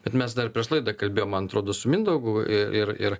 bet mes dar prieš laidą kalbėjom man atrodo su mindaugu ir ir